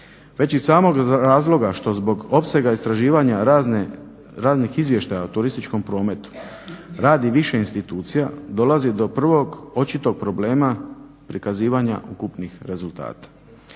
Već iz samog razloga što zbog opsega istraživanja raznih izvještaja o turističkom prometu radi više institucija, dolazi do prvog očitog problema prikazivanja ukupnih rezultata.